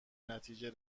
نتیجه